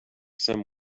some